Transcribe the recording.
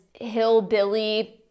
hillbilly